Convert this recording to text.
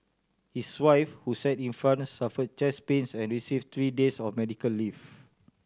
his wife who sat in front suffer chest pains and receive three days of medical leave